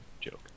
joke